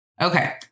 Okay